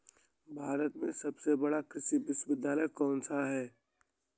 भारत में सबसे बड़ा कृषि विश्वविद्यालय कौनसा है?